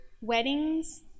weddings